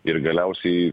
ir galiausiai